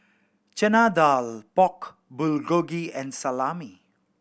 Chana Dal Pork Bulgogi and Salami